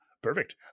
Perfect